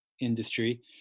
industry